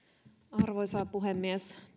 arvoisa puhemies